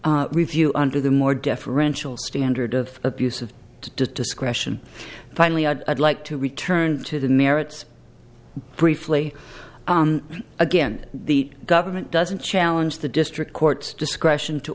avoid review under the more deferential standard of abuse of discretion finally i'd like to return to the merits briefly again the government doesn't challenge the district court discretion to